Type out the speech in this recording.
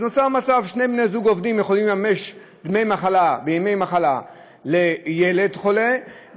שני בני זוג עובדים יכולים לממש דמי מחלה וימי מחלה לילד חולה,